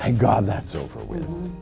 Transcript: and god that's over with.